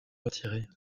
retirer